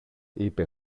είπε